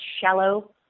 shallow